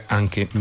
anche